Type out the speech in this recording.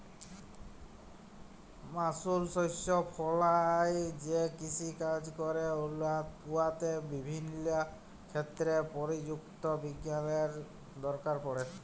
মালুস শস্য ফলাঁয় যে কিষিকাজ ক্যরে উয়াতে বিভিল্য ক্ষেত্রে পরযুক্তি বিজ্ঞালের দরকার পড়ে